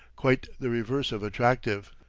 quite the reverse of attractive.